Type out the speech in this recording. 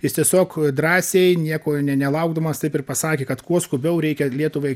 jis tiesiog drąsiai nieko ne nelaukdamas taip ir pasakė kad kuo skubiau reikia lietuvai